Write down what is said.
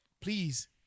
please